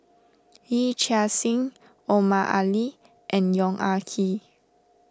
Yee Chia Hsing Omar Ali and Yong Ah Kee